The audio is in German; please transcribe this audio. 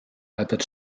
albert